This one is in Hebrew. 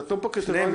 נתנו פה קריטריונים.